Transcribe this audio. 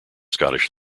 scottish